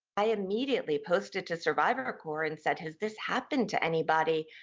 i immediately posted to survivor corps and said, has this happened to anybody?